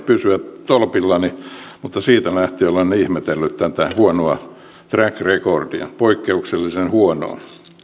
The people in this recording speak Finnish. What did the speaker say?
pysyä tolpillani mutta siitä lähtien olen ihmetellyt tätä huonoa track recordia poikkeuksellisen huonoa